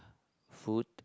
food